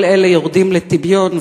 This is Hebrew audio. כל אלה יורדים לטמיון,